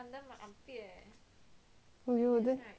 !aiyo! then